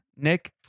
Nick